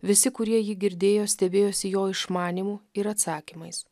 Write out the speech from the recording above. visi kurie jį girdėjo stebėjosi jo išmanymu ir atsakymais